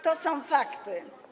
To są fakty.